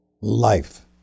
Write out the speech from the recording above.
life